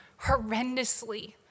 horrendously